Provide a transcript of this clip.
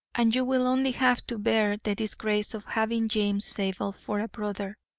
and you will only have to bear the disgrace of having james zabel for a brother.